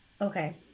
okay